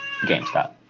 GameStop